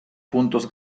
puntos